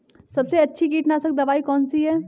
सबसे अच्छी कीटनाशक दवाई कौन सी है?